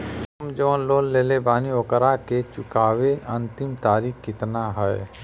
हम जवन लोन लेले बानी ओकरा के चुकावे अंतिम तारीख कितना हैं?